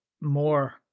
more